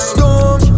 Storm